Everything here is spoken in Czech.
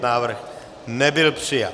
Návrh nebyl přijat.